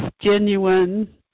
genuine